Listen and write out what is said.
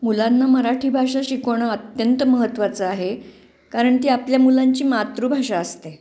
मुलांना मराठी भाषा शिकवणं अत्यंत महत्वाचं आहे कारण ती आपल्या मुलांची मातृभाषा असते